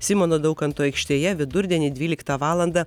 simono daukanto aikštėje vidurdienį dvyliktą valandą